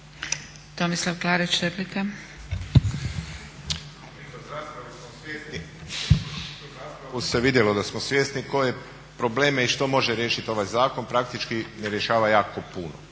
svjesni, kroz raspravu se vidjelo da smo svjesni ko je probleme i što može riješiti ovaj zakon. Praktički ne rješava jako puno,